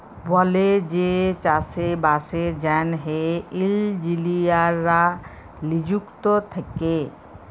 বলেযে চাষে বাসের জ্যনহে ইলজিলিয়াররা লিযুক্ত থ্যাকে